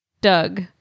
Doug